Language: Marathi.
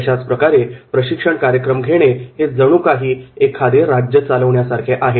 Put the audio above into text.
तशाच प्रकारे प्रशिक्षण कार्यक्रम घेणे हे जणूकाही राज्य चालविण्यासारखे आहे